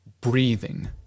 breathing